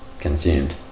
consumed